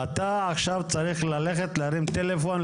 אתה עכשיו צריך ללכת להרים טלפון,